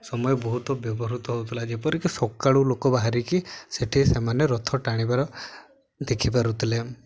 ସମୟ ବହୁତ ବ୍ୟବହୃତ ହଉଥିଲା ଯେପରିକି ସକାଳୁ ଲୋକ ବାହାରିକି ସେଇଠି ସେମାନେ ରଥ ଟାଣିବାର ଦେଖିପାରୁଥିଲେ